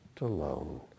alone